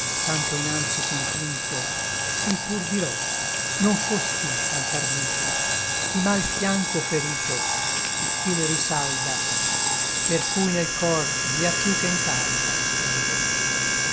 tanto inanzi son pinto ch'i l pur dirò non fostú tant'ardito chi m'à l fianco ferito et chi l risalda per cui nel cor via piú che n carta scrivo